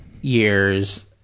years